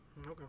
Okay